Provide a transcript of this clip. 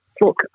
Look